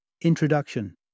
Introduction